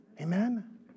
Amen